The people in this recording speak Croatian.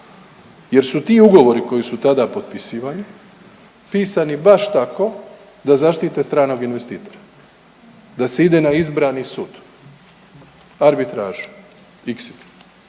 Jer su ti ugovori koji su tada potpisivani pisani baš tako da zaštite stranog investitora, da se ide na izbrani sud, arbitražu,